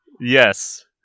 Yes